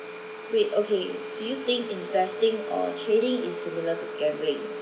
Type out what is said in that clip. wait okay do you think investing or trading is similar to gambling